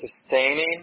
sustaining